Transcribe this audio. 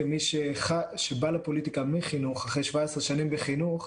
כמי שבא לפוליטיקה מחינוך אחרי 17 שנים בחינוך,